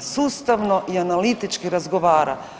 sustavno i analitički razgovara.